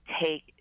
take